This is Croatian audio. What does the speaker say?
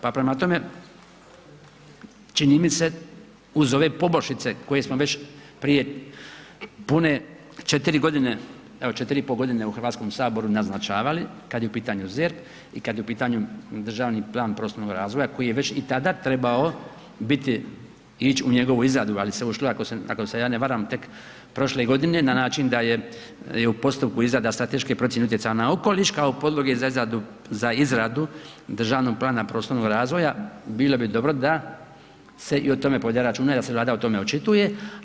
Pa prema tome, čini mi se uz ove poboljšice koje smo već prije pune 4 godine, evo 4 i pol godine u Hrvatskom saboru naznačavali kada je u pitanju ZERP i kada je u pitanju državni plan prostornog razvoja koji je već i tada trebao biti ili u njegovu izradu ali se ušlo ako se ja ne varam tek prošle godine na način da je u postupku izrada strateške procjene utjecaja na okoliš kao podloge za izradu državnog plana prostornog razvoja bilo bi dobro da se i o tome povede računa i da se Vlada o tome očituje.